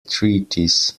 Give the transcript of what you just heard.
treaties